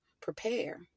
prepare